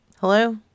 Hello